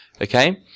Okay